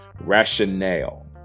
rationale